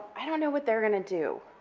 i don't know what they're going to do,